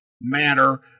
matter